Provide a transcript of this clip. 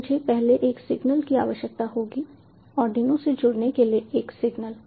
तो मुझे केवल एक सिग्नल की आवश्यकता होगी आर्डिनो से जुड़ने के लिए एक सिग्नल